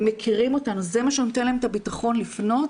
הם מכירים אותנו, זה מה שנותן להם את הבטחון לפנות